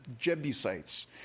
Jebusites